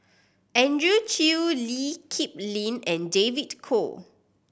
Andrew Chew Lee Kip Lin and David Kwo